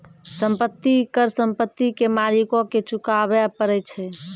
संपत्ति कर संपत्ति के मालिको के चुकाबै परै छै